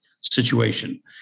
situation